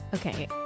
Okay